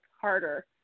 harder